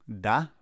Da